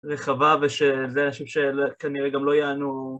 רחבה ושזה אנשים שכנראה גם לא יענו